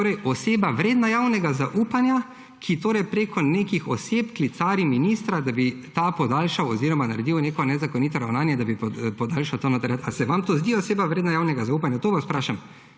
zdi oseba vredna javnega zaupanja, ki preko nekih oseb klicari ministra, da bi ta podaljšal ozirom naredil neko nezakonito ravnanje, da bi podaljšal to? Ali se vam zdi ta oseba vredna javnega zaupanja? To vas vprašam.